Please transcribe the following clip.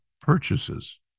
purchases